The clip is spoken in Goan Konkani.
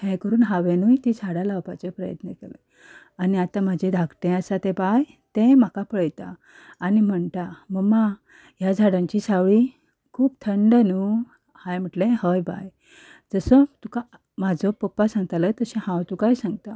हें करून हांवेनूय तीं झाडां लावपाचें प्रयत्न केलें आनी आतां म्हजें धाकटें आसा तें बाय तेंय म्हाका पळयता आनी म्हणटा मम्मा ह्या झाडांची सावळी खूब थंड न्हू हांयें म्हटलें हय बाय जसो तुका म्हाजो पप्पा सांगतालो तशें हांव तुकाय सांगता